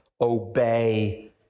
obey